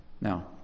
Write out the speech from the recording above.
Now